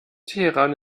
teheran